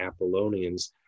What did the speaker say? apollonians